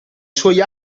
suoi